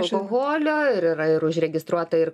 alkoholio ir yra ir užregistruota ir